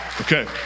Okay